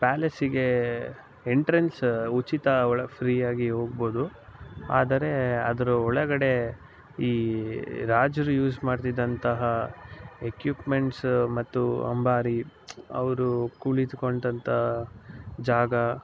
ಪ್ಯಾಲೇಸ್ಸಿಗೆ entrance ಉಚಿತ ಒಳಗೆ free ಆಗಿ ಹೋಗ್ಬೊದು ಆದರೆ ಅದ್ರ ಒಳಗಡೆ ಈ ರಾಜರು ಯೂಸ್ ಮಾಡ್ತಿದ್ದಂತಹ ಎಕ್ವಿಪ್ಮೆಂಟ್ಸ್ ಮತ್ತು ಅಂಬಾರಿ ಅವರು ಕುಳಿತ್ಕೊಂಡಂಥ ಜಾಗ